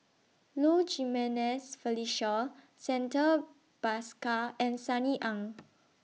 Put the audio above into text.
Low Jimenez Felicia Santha Bhaskar and Sunny Ang